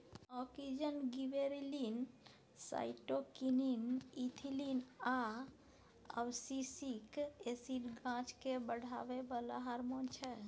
auxin, gibberellin, cytokinin, ethylene आ abscisic acid गाछकेँ बढ़ाबै बला हारमोन छै